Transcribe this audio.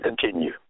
continue